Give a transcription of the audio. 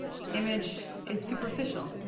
image is superficial.